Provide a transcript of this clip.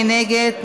מי נגד?